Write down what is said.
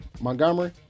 Montgomery